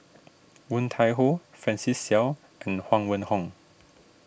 Woon Tai Ho Francis Seow and Huang Wenhong